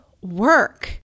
work